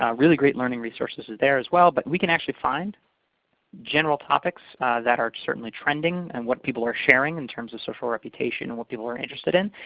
really great learning resources there as well, but we can actually find general topics that are certainly trending and what people are sharing in terms of social reputation and what people are interested in,